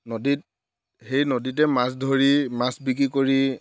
নদীত সেই নদীতে মাছ ধৰি মাছ বিক্ৰী কৰি